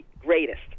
greatest